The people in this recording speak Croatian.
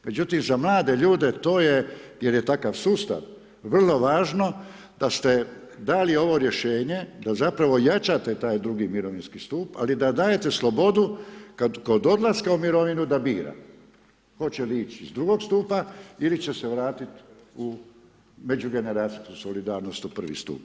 Međutim, za mlade ljude to je, jer je takav sustav vrlo važno da ste dali ovo rješenje da zapravo jačate taj drugi mirovinski stup, ali da dajete slobodu kod odlaska u mirovinu da bira, hoće li ići iz drugog stupa ili će se vratit u međugeneracijsku solidarnost u prvi stup.